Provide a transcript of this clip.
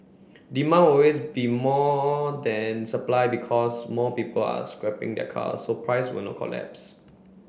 demand will always be more than supply because more people are scrapping their cars so price will not collapse